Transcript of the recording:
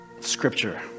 scripture